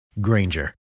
Granger